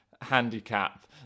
handicap